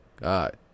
God